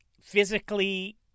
physically